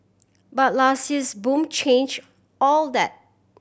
but last year's boom change all that